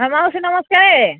ହଁ ମାଉସୀ ନମସ୍କାର